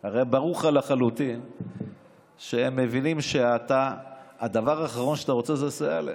הרי ברור לך לחלוטין שהם מבינים שהדבר האחרון שאתה רוצה זה לסייע להם.